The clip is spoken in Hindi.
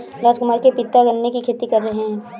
राजकुमार के पिता गन्ने की खेती कर रहे हैं